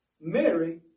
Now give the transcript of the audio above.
Mary